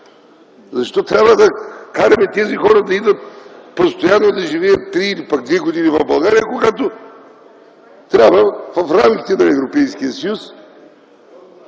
Защо трябва да караме тези хора да идват постоянно да живеят три или пък две години в България, когато трябва в рамките на Европейския съюз